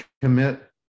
commit